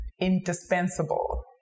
indispensable